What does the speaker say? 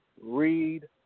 Read